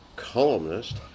Columnist